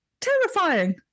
terrifying